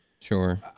sure